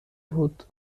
بود